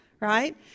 right